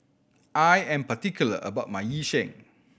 I am particular about my Yu Sheng